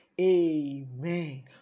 Amen